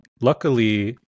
luckily